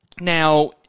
Now